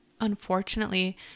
Unfortunately